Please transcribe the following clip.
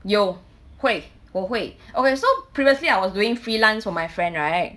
有会我会 okay so previously I was doing freelance with my friend right